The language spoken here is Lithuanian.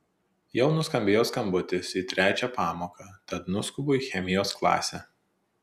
jau nuskambėjo skambutis į trečią pamoką tad nuskubu į chemijos klasę